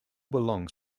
belongs